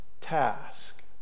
task